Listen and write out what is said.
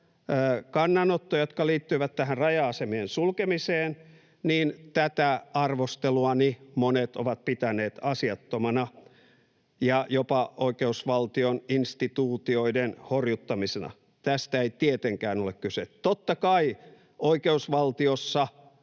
kannanottoja, jotka liittyivät tähän raja-asemien sulkemiseen, niin tätä arvosteluani monet ovat pitäneet asiattomana ja jopa oikeusvaltion instituutioiden horjuttamisena. Tästä ei tietenkään ole kyse. Totta kai oikeusvaltiossa